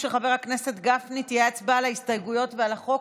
תהיה הצבעה על ההסתייגויות ועל החוק,